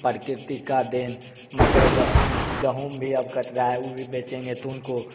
प्रकृति का देन मकई गेहूँ ये गेहूँ भी अब कट रहा है ऊ भी बेचेंगे तो उनको